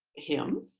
him,